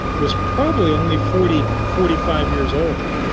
was probably only forty forty five years old.